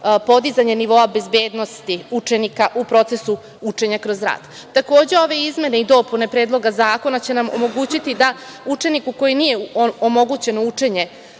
podizanje nivoa bezbednosti učenika u procesu učenja kroz rad. Takođe, ove izmene i dopune Predloga zakona će nam omogućiti da učeniku kome nije omogućeno učenje